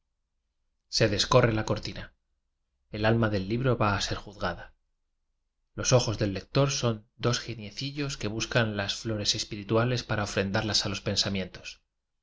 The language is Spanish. paginas descorre la cortina el alma del libro va a ser juzgada los ojos del lector son dos geniecillos que buscan las flores espi nales para ofrendarlas a los pensamientodo